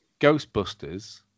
Ghostbusters